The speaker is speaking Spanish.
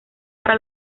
para